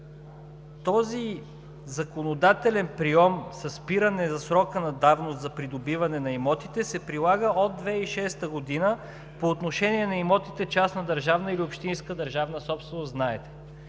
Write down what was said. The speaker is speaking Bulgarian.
този законодателен прийом със спиране за срока на давност за придобиване на имотите се прилага от 2006 г. по отношение на имотите – частна държавна или общинска държавна собственост, знаете.